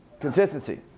Consistency